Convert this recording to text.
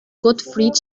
gottfried